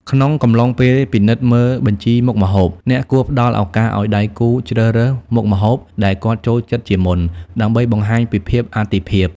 ក្នុងកំឡុងពេលពិនិត្យមើលបញ្ជីមុខម្ហូប អ្នកគួរផ្ដល់ឱកាសឱ្យដៃគូជ្រើសរើសមុខម្ហូបដែលគាត់ចូលចិត្តជាមុន ដើម្បីបង្ហាញពីភាពអាទិភាព។